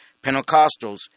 Pentecostals